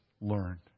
learned